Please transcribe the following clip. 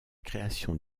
création